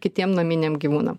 kitiem naminiam gyvūnam